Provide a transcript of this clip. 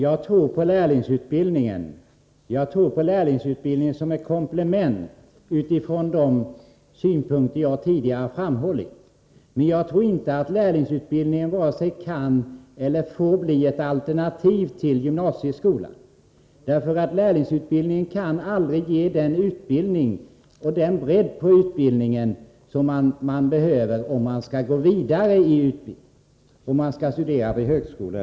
Herr talman! Jag tror på lärlingsutbildningen som ett komplement utifrån de synpunkter som jag tidigare framhållit. Däremot tror jag inte att lärlingsutbildningen vare sig kan eller får bli ett alternativ till gymnasieskolan. Lärlingsutbildningen kan aldrig ge den utbildning eller ha den bredd på undervisningen som eleverna behöver om de skall studera vidare, t.ex. vid någon högskola.